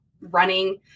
running